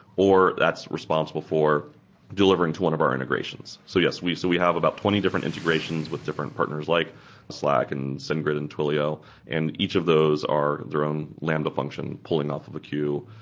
or that's responsible for delivering to one of our integrations. so yes, we so we have about twenty different integrations with different partners like slack and sendgrid and twilio and each of those are their own lambda function pulling off of a queue,